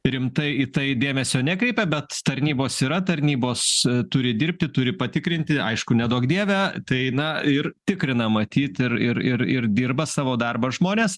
rimtai į tai dėmesio nekreipia bet tarnybos yra tarnybos turi dirbti turi patikrinti aišku neduok dieve tai na ir tikrina matyt ir ir ir ir dirba savo darbą žmones